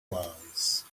wise